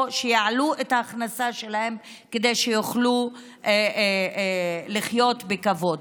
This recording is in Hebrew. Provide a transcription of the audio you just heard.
שיעלו את ההכנסה שלהם כדי שיוכלו לחיות בכבוד.